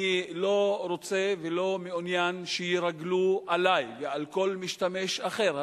אני לא רוצה ולא מעוניין שירגלו אחרי ואחרי כל משתמש אחר.